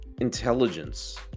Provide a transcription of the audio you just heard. intelligence